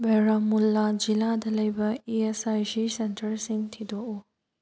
ꯕꯔꯥꯃꯨꯜꯂꯥ ꯖꯤꯂꯥꯗ ꯂꯩꯕ E S I C ꯁꯦꯟꯇꯔꯁꯤꯡ ꯊꯤꯗꯣꯛꯎ